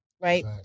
Right